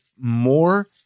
more